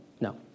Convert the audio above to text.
No